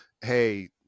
hey